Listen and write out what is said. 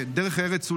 דרך ארץ,